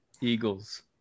Eagles